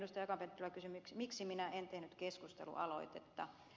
akaan penttilä kysyi miksi minä en tehnyt keskustelualoitetta